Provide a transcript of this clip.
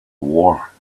wore